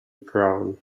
brown